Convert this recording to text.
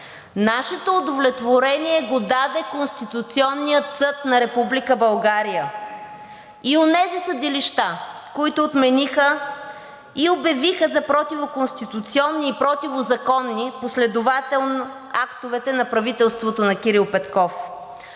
Нашето удовлетворение го даде Конституционният съд на Република България и онези съдилища, които отмениха и обявиха за противоконституционни и противозаконни последователно актовете на правителството на Кирил Петков.